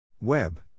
Web